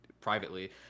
privately